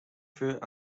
fruit